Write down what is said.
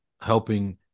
helping